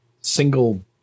single